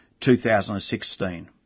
2016